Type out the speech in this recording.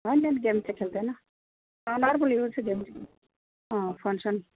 हैन हैन गेम त खेल्दैन अँ फोनसोन